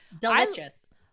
delicious